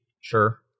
sure